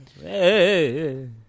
hey